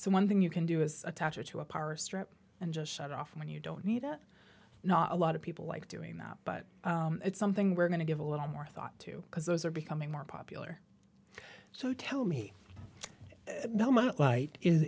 so one thing you can do is attach it to a power strip and just shut off when you don't need that not a lot of people like doing that but it's something we're going to give a little more thought to because those are becoming more popular so tell me the moment light is